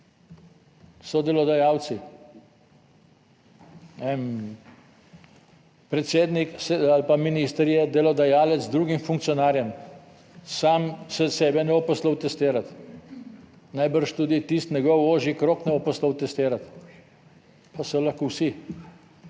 So delodajalci. Ne vem, predsednik ali pa minister je delodajalec drugim funkcionarjem, sam se od sebe ne bo poslal testirati, najbrž tudi tisti njegov ožji krog ne bo poslal testirati pa so lahko vsi.